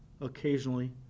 occasionally